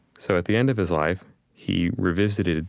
so at the end of his life he revisited